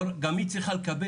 זה בדיוק מה שאני רוצה לשמוע,